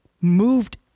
moved